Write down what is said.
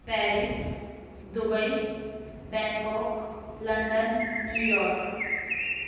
Paris Dubai Bangkok London New York